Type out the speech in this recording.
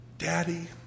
Daddy